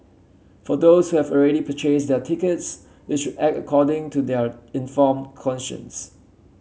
for those who have already purchased their tickets they should act according to their informed conscience